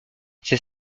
c’est